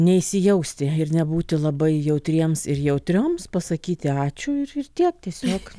neįsijausti ir nebūti labai jautriems ir jautrioms pasakyti ačiū ir ir tiek tiesiog